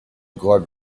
guard